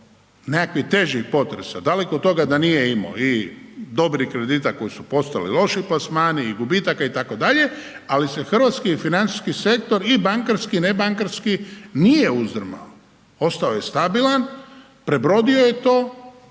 nekakvih težih potresa, daleko od toga da nije imao i dobrih kredita koji su postali loši plasmani i gubitaka itd., ali se hrvatski financijski sektor i bankarski i ne bankarski nije uzdrmao, ostao je stabilna, prebrodio je to